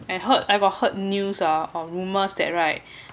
and heard I got heard news ah or rumors that right